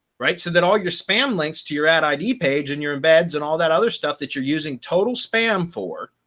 right, so that all your spam links to your ad id page and your embeds and all that other stuff that you're using total spam for,